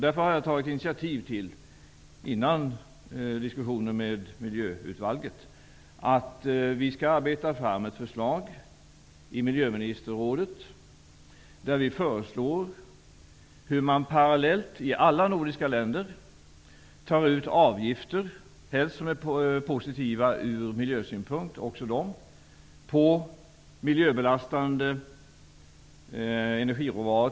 Därför har jag tagit initiativ till -- och det gjorde jag innan diskussionen med miljöutskottet -- att Miljöministerrådet skall arbeta fram ett förslag, där man föreslår att man i alla de nordiska länderna parallellt tar ut avgifter som är positiva från miljösynpunkt på t.ex. miljöbelastande energiråvaror.